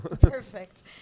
Perfect